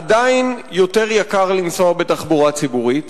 עדיין יותר יקר לנסוע בתחבורה ציבורית.